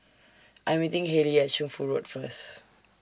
I Am meeting Hailee At Shunfu Road First